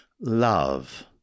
love